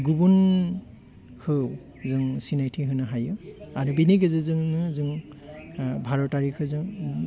गुबुनखौ जों सिनायथि होनो हायो आरो बिनि गेजेरजोंनो जों भारतारिखौ जों